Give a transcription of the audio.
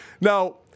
Now